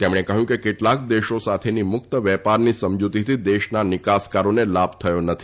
તેમણે કહ્યું કે કેટલાક દેશો સાથેની મુક્ત વેપારની સમજૂતીથી દેશના નિકાસકારોને લાભ થયો નથી